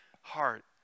heart